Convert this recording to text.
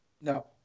No